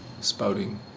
spouting